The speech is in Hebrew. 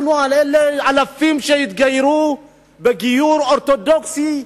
אנחנו מדברים על אלפים שהתגיירו בגיור אורתודוקסי,